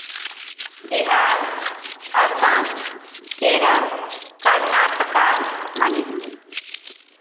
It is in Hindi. बिहार आसाम केरल कर्नाटका मणिपुर